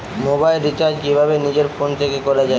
Mobile recharge কিভাবে নিজের phone থেকে করা য়ায়?